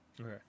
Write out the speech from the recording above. okay